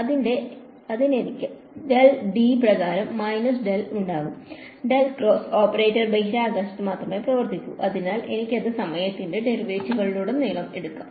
അതിനാൽ എനിക്ക് del t പ്രകാരം മൈനസ് ഡെൽ ഉണ്ടാകും ഡെൽ ക്രോസ് ഓപ്പറേറ്റർ ബഹിരാകാശത്ത് മാത്രമേ പ്രവർത്തിക്കൂ അതിനാൽ എനിക്ക് അത് സമയത്തിന്റെ ഡെറിവേറ്റീവിലുടനീളം എടുക്കാം